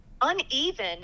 uneven